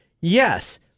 Yes